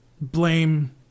Blame